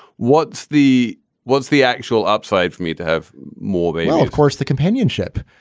what's the what's the actual upside for me to have? morgan oh, of course. the companionship.